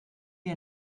wir